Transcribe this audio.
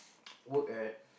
work at